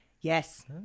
Yes